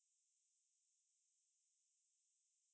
uh what are you going to do for like the tomorrow ya